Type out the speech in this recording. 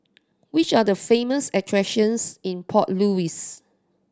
which are the famous attractions in Port Louis